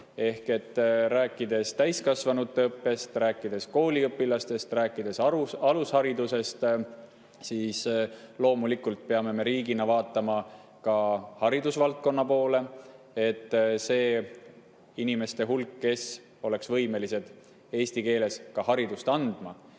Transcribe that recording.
Ehk siis rääkides täiskasvanute õppest, rääkides kooliõpilastest, rääkides alusharidusest, me loomulikult peame riigina vaatama haridusvaldkonna poole, et nende inimeste hulk, kes oleks võimelised eesti keeles haridust andma,